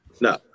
No